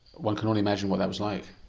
one can only imagine what that was like.